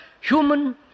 human